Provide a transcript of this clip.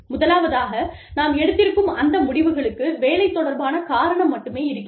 முதலாவதாக நாம் எடுத்திருக்கும் அந்த முடிவுகளுக்கு வேலை தொடர்பான காரணம் மட்டுமே இருக்கிறது